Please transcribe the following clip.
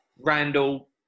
Randall